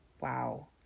Wow